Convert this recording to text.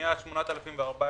פנייה 8014